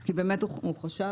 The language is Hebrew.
כי באמת הוא חשב,